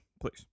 please